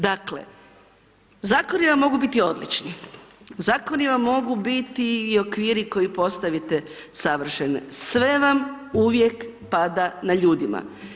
Dakle, Zakoni nam mogu biti odlični, Zakoni vam mogu biti i okviri koji postavite savršene, sve vam uvijek pada na ljudima.